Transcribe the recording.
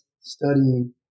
studying